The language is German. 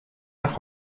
nach